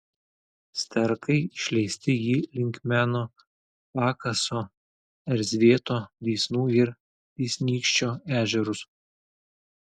sterkai išleisti į linkmeno pakaso erzvėto dysnų ir dysnykščio ežerus